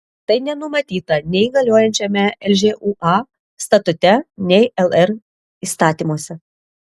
tai nenumatyta nei galiojančiame lžūa statute nei lr įstatymuose